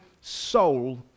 soul